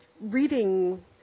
reading